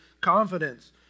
confidence